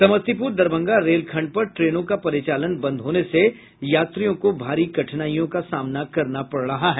समस्तीपुर दरभंगा रेल खंड पर ट्रेनों का परिचालन बंद होने से यात्रियों को भारी कठिनाईयों का सामना करना पड़ रहा है